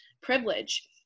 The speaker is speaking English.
privilege